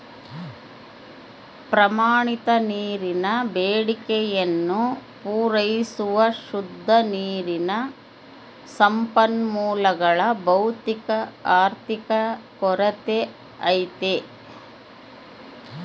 ಪ್ರಮಾಣಿತ ನೀರಿನ ಬೇಡಿಕೆಯನ್ನು ಪೂರೈಸುವ ಶುದ್ಧ ನೀರಿನ ಸಂಪನ್ಮೂಲಗಳ ಭೌತಿಕ ಆರ್ಥಿಕ ಕೊರತೆ ಐತೆ